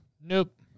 Nope